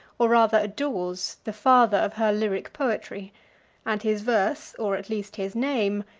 or rather adores, the father of her lyric poetry and his verse, or at least his name,